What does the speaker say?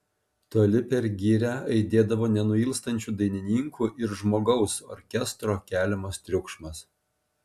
toli per girią aidėdavo nenuilstančių dainininkų ir žmogaus orkestro keliamas triukšmas